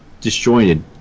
disjointed